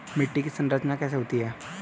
मिट्टी की संरचना कैसे होती है?